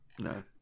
No